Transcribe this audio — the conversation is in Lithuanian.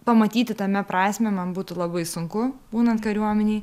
pamatyti tame prasmę man būtų labai sunku būnant kariuomenėj